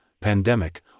pandemic